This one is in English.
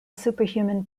superhuman